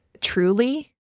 truly